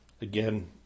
Again